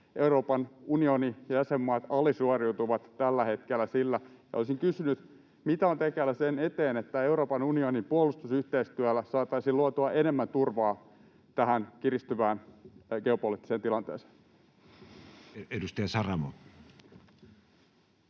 Euroopan unionin jäsenmaat alisuoriutuvat tällä hetkellä. Ja olisin kysynyt: mitä on tekeillä sen eteen, että Euroopan unionin puolustusyhteistyöllä saataisiin luotua enemmän turvaa tähän kiristyvään geopoliittiseen tilanteeseen? [Speech